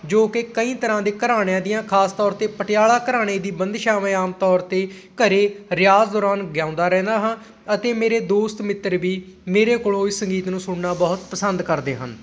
ਜੋ ਕਿ ਕਈ ਤਰ੍ਹਾਂ ਦੇ ਘਰਾਣਿਆਂ ਦੀਆਂ ਖਾਸ ਤੌਰ 'ਤੇ ਪਟਿਆਲਾ ਘਰਾਣੇ ਦੀ ਬੰਦਿਸ਼ਾਵਾਂ ਆਮ ਤੌਰ 'ਤੇ ਘਰ ਰਿਆਜ਼ ਦੌਰਾਨ ਗਾਉਂਦਾ ਰਹਿੰਦਾ ਹਾਂ ਅਤੇ ਮੇਰੇ ਦੋਸਤ ਮਿੱਤਰ ਵੀ ਮੇਰੇ ਕੋਲੋਂ ਇਸ ਸੰਗੀਤ ਨੂੰ ਸੁਣਨਾ ਬਹੁਤ ਪਸੰਦ ਕਰਦੇ ਹਨ